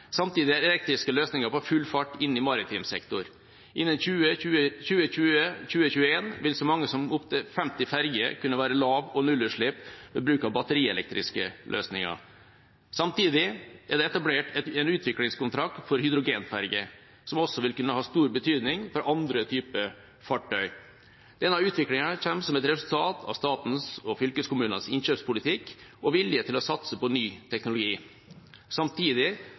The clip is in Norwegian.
Samtidig er elektriske løsninger på full fart inn i maritim sektor. Innen 2020/2021 vil så mange som 50 ferger kunne være lav- og nullutslippsferger ved bruk av batterielektriske løsninger. Samtidig er det etablert en utviklingskontrakt for hydrogenferge, som også vil kunne ha stor betydning for andre typer fartøy. Denne utviklingen kommer som et resultat av statens og fylkeskommunenes innkjøpspolitikk og vilje til å satse på ny teknologi, samtidig